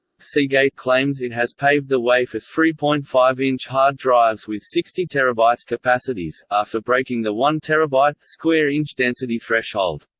seagate claims it has paved the way for three point five inch hard drives with sixty tb but capacities, after breaking the one tb but square inch density threshold.